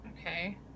Okay